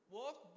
walk